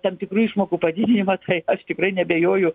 tam tikrų išmokų padidinimą tai aš tikrai neabejoju